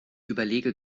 überlege